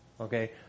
Okay